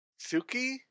Suki